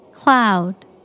Cloud